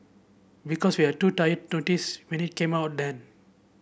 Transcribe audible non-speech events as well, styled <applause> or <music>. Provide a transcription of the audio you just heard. because we were too tired to <unintelligible> when it came out then